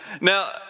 Now